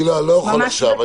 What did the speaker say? אני לא יכול עכשיו.